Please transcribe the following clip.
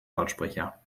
lautsprecher